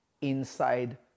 inside